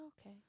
okay